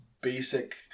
basic